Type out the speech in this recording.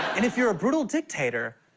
and if you're a brutal dictator,